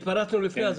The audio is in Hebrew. תגיד שהתפרצנו לפני הזמן.